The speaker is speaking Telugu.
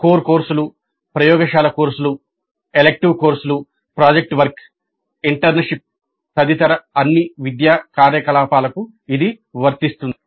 కోర్ కోర్సులు ప్రయోగశాల కోర్సులు ఎలెక్టివ్ కోర్సులు ప్రాజెక్ట్ వర్క్ ఇంటర్న్షిప్ తదితర అన్ని విద్యా కార్యకలాపాలకు ఇది వర్తిస్తుంది